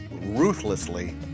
ruthlessly